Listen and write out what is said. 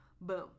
Boom